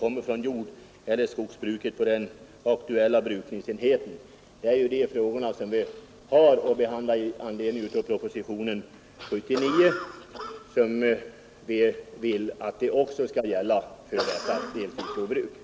— ”kommer från jordeller skogsbruket på den aktuella brukningsenheten.” Det är ju dessa frågor vi har att behandla i anslutning till propositionen 79, och vi som ställt oss bakom reservationen 3 vill att stödet skall avse även deltidsjordbruk.